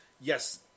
yes